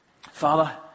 Father